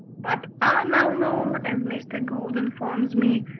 but are now known, as mr. gould informs me,